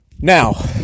Now